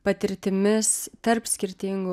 patirtimis tarp skirtingų